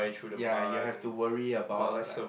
ya you have to worry about like